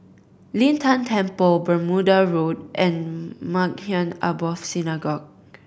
Lin Tan Temple Bermuda Road and Maghain Aboth Synagogue